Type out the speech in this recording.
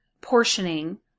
portioning